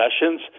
sessions